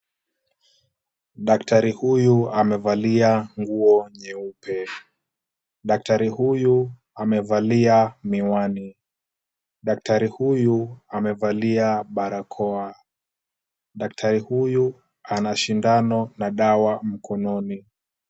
Daktari huyu amevalia nguo nyeupe, daktari huyu amevalia miwani, daktari huyu amevalia barakoa, daktari huyu ana shindano na dawa mkononi.